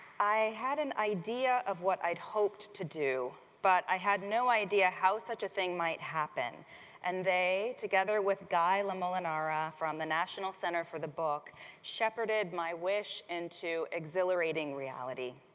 i had an idea of what i'd hoped to do. but i had no idea how such a thing might happen and they together with the guy lemolinara from the national center for the book shepherded my wish into exhilarating reality.